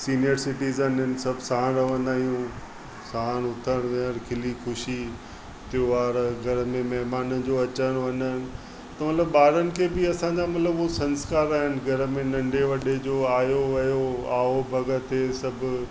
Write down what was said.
senior citizen आहिनि सभु साणि रहंदा आहियूं साणि उथण विहण खिली ख़ुशी त्योहार घर में महिमान जो अचणु वञण त हुन ॿारनि खे बि असांजा मतिलबु उहो संस्कार आहिनि घर में नंढे वॾे जो आयो वियो आव भॻत सभु